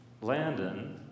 Landon